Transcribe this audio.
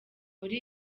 muri